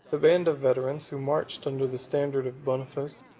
the band of veterans who marched under the standard of boniface,